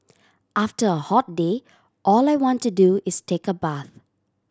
after a hot day all I want to do is take a bath